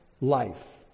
life